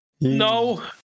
No